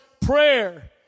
prayer